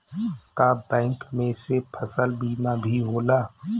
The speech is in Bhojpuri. का बैंक में से फसल बीमा भी होला?